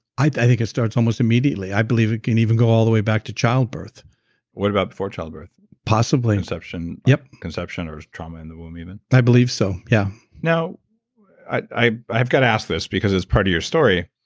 i think it starts almost immediately. i believe it can even go all the way back to childbirth what about before childbirth? possibly conception? yep conception or trauma in the womb even? i believe so, yeah now i've got to ask this because it's part of your story.